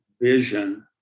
vision